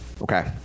Okay